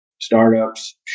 Startups